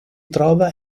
trova